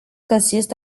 consist